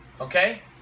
okay